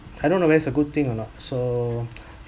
I don't know whether its a good thing or not so